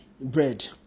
bread